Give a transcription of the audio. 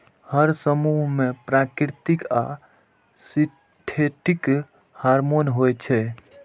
हर समूह मे प्राकृतिक आ सिंथेटिक हार्मोन होइ छै